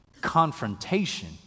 confrontation